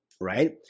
right